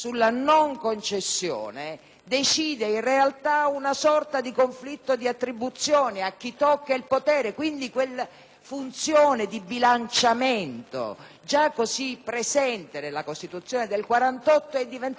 decide in realtà una sorta di conflitto di attribuzione, stabilendo a chi tocca il potere, e quindi quella funzione di bilanciamento - già così presente nella Costituzione del 1948 - è diventata ancora più pregnante